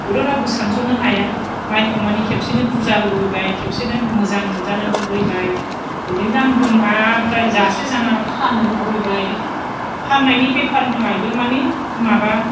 बेखौथ' रावबो सानस'नो हाया माइखौ मानि खेबसेनो बुरजा लुबैबाय खेबसेनो मोजां मोनजानो लुबैबाय बिदिनो दाम दुम ओमफ्राय जासे जाना फाननो लुबैबाय बिदि फाननायनि बेफारनि थाखायबो मानि माबा